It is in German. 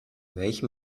welchem